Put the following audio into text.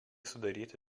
sudaryti